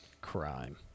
Crime